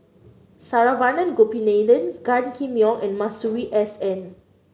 Saravanan Gopinathan Gan Kim Yong and Masuri S N